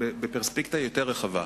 בפרספקטיבה יותר רחבה,